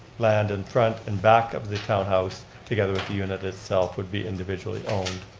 land in front and back of the townhouse together with the unit itself would be individually owned.